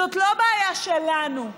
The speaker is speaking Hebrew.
זאת לא הבעיה שלנו.